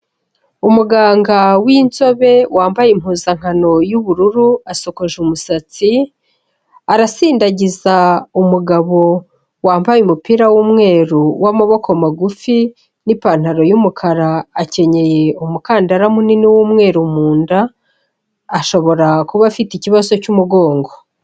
Umuganga w'inzobe wambaye impuzankano y'ubururu, asokoje umusatsi, arasindagiza umugabo wambaye umupira w'umweru w'amaboko magufi n'ipantaro y'umukara, akenyeye umukandara munini w'umweru mu nda, ashobora kuba afite ikibazo cy'umugongo.